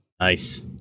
Nice